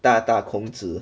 大大孔子